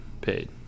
paid